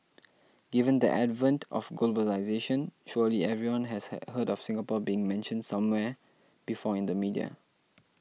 given the advent of globalisation surely everyone has heard of Singapore being mentioned somewhere before in the media